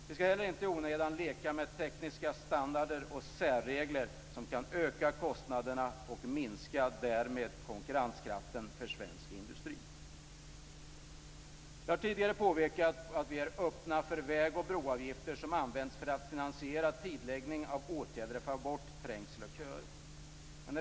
Vi skall heller inte i onödan leka med egna tekniska standarder och särregler som kan öka kostnaderna och därmed minska konkurrenskraften för svensk industri. Jag har tidigare påpekat att vi är öppna för vägoch broavgifter som används för att finansiera tidigareläggning av åtgärder för att få bort trängsel och köer.